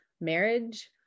marriage